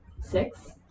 six